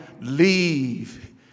leave